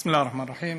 בסם אללה א-רחמאן א-רחים.